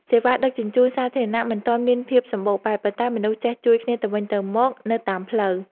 សេវាដឹកជញ្ជូនសាធារណៈមិនទាន់មានភាពសម្បូរបែប ប៉ុន្តែមនុស្សចេះជួយគ្នាទៅវិញទៅមកនៅតាមផ្លូវ។